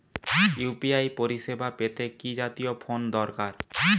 UPI পরিসেবা পেতে কি জাতীয় ফোন দরকার?